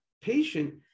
patient